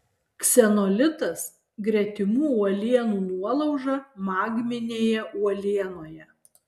ksenolitas gretimų uolienų nuolauža magminėje uolienoje